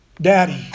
Daddy